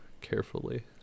carefully